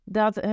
dat